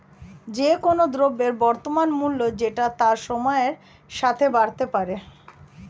যে কোন দ্রব্যের বর্তমান মূল্য যেটা তা সময়ের সাথে বাড়তে পারে